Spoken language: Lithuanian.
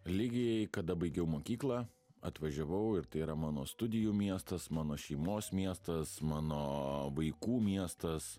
lygiai kada baigiau mokyklą atvažiavau ir tai yra mano studijų miestas mano šeimos miestas mano vaikų miestas